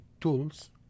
tools